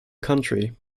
country